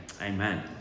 Amen